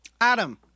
Adam